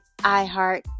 iHeart